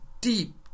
deep